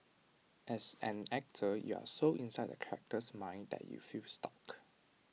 as an actor you are so inside the character's mind that you feel stuck